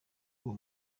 uwo